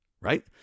right